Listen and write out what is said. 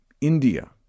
India